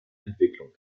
entwicklung